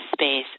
space